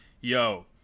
yo